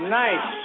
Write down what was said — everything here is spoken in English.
nice